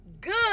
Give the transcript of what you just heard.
good